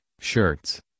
shirts